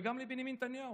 וגם לבנימין נתניהו.